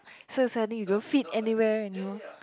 so suddenly you don't fit anyway anymore